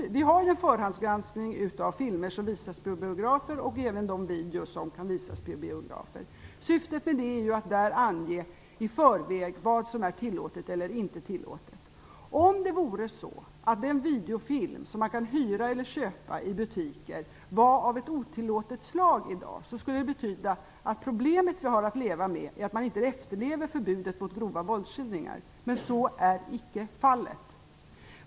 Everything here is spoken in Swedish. Vi har förhandsgranskning av filmer som visas på biograf och även av de videor som kan visas på biografer. Syftet med det är att i förväg ange vad som är tillåtet eller inte tillåtet. Om det vore så att den videofilm som man kan hyra eller köpa i butiker var av ett otillåtet slag, skulle det betyda att det problem vi har att leva med är att man inte efterlever förbudet mot grova våldsskildringar. Men så är icke fallet.